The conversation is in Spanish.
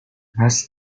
más